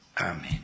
amen